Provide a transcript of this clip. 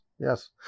Yes